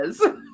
yes